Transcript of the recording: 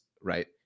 Right